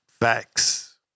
Facts